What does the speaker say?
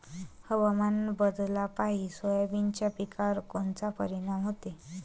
हवामान बदलापायी सोयाबीनच्या पिकावर कोनचा परिणाम होते?